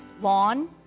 lawn